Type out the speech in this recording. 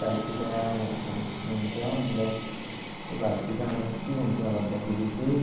भाइटिका ह हुन्छ अन्त त्यो भाइटिकामा चाहिँ के हुन्छ भन्दाखेरि चाहिँ